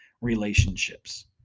relationships